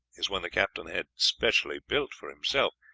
is one the captain had specially built for himself,